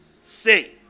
say